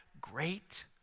great